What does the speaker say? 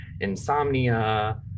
insomnia